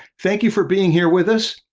thank you for being here with us,